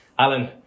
Alan